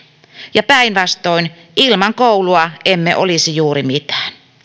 ja päinvastoin ilman koulua emme olisi juuri mitään